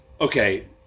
okay